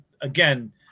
Again